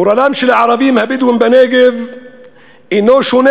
גורלם של הערבים הבדואים בנגב אינו שונה